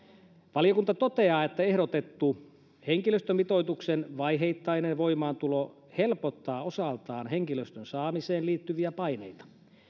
valiokunta toteaa että ehdotettu henkilöstömitoituksen vaiheittainen voimaantulo helpottaa osaltaan henkilöstön saamiseen liittyviä paineita